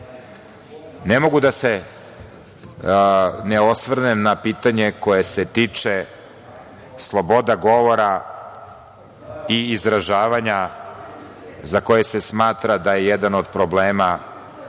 mogu da se ne osvrnem na pitanje koje se tiče sloboda govora i izražavanja, za koje se smatra da je jedan od problema